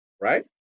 Right